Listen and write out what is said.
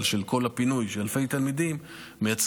אבל כל הפינוי של אלפי תלמידים מייצר